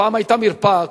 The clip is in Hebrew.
פעם היתה מרפאה,